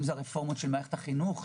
למשל הרפורמות של מערכת החינוך,